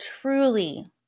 truly